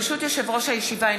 ברשות יושב-ראש הישיבה,